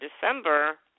December